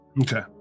okay